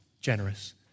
generous